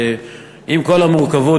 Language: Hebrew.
עם כל המורכבות,